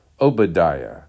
Obadiah